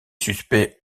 suspects